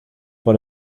but